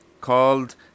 called